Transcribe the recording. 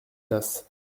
glace